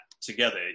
together